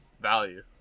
value